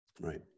Right